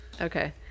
okay